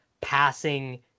passing